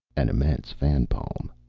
an immense fan palm.